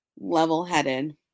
level-headed